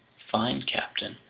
fine, captain,